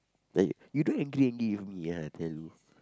like you don't angry angry with me ah i tell you